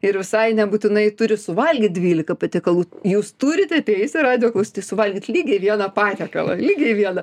ir visai nebūtinai turi suvalgyt dvylika patiekalų jūs turite teisę radijo klausytojai suvalgyt lygiai vieną patiekalą lygiai vieną